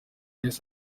yesu